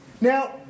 Now